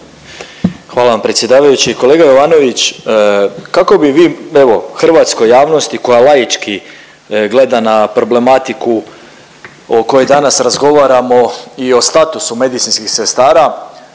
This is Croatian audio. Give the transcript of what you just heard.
Hvala vam predsjedavajući. Kolega Jovanović kako bi vi evo hrvatskoj javnosti koja laički gleda na problematiku o kojoj danas razgovaramo i o statusu medicinskih sestara